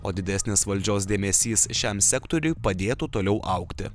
o didesnis valdžios dėmesys šiam sektoriui padėtų toliau augti